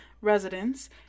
residents